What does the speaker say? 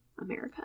america